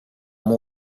more